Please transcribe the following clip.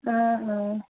অঁ অঁ